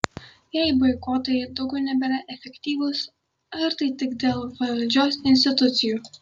jei boikotai daugiau nebėra efektyvūs ar tai tik dėl valdžios institucijų